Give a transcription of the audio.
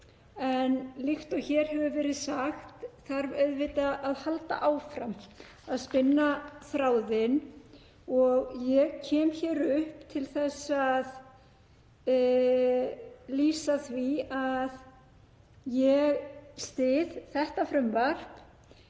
en líkt og hér hefur verið sagt þarf auðvitað að halda áfram að spinna þráðinn og ég kem hér upp til þess að lýsa því að ég styð þetta frumvarp.